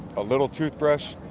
a little toothbrush,